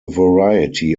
variety